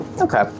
Okay